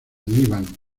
líbano